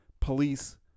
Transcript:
police